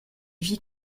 vie